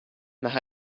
nach